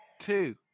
Two